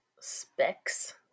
specs